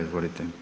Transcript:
Izvolite.